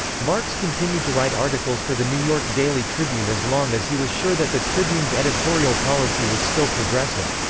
marx continued to write articles for the new york daily tribune as long as he was sure that the tribune's editorial policy was still progressive.